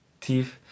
teeth